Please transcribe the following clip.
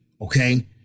okay